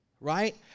right